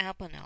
Albanel